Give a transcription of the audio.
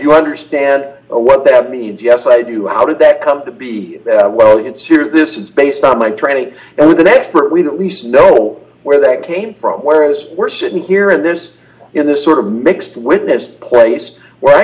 you understand what that means yes i do how did that come to be well in syria this is based on my training and with an expert read at least know where that came from where as we're sitting here in this in this sort of mixed witness place where i